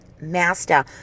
master